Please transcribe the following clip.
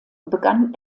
begann